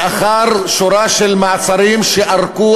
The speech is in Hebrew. לאחר שורה של מעצרים שארכו,